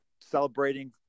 celebrating